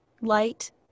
light